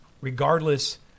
regardless